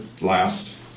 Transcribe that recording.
last